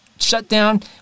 shutdown